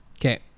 Okay